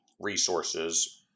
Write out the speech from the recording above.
resources